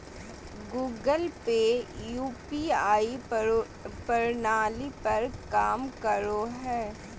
Google Pay UPI प्रणाली पर काम करो हय